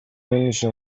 نمیشه